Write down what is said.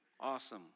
Awesome